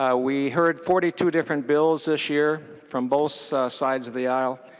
ah we heard forty two different bills this year from both sides of the aisle.